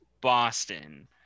Boston